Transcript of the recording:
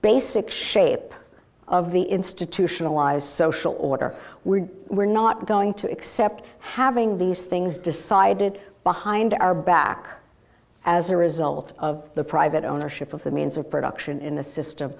basic shape of the institutionalize social order where we're not going to accept having these things decided behind our back as a result of the private ownership of the means of production in a system